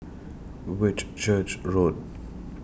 Whitchurch Road